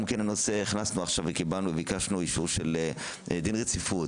עכשיו הכנסנו וקיבלנו אישור של דין רציפות,